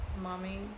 mommy